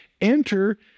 enter